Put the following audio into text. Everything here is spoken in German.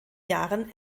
jahren